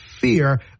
fear